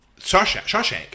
Shawshank